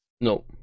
No